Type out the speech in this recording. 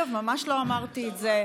אגב, ממש לא אמרתי את זה.